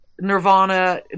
Nirvana